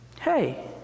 hey